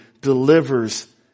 delivers